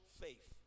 faith